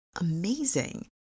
amazing